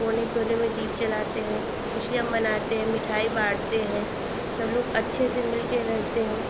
कोने कोने में दीप जलाते हैं खुशियाँ मनाते हैं मिठाई बाँटते हैं सबलोग अच्छे से मिलकर रहते हैं